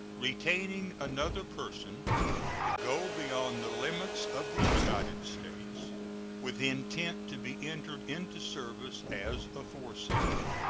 retaining another person to go beyond the limits of the united states with intent to be entered into service as aforesaid.